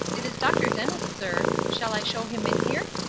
it is dr. dennis, sir. shall i show him in here?